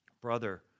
Brother